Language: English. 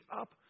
up